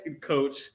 coach